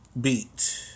beat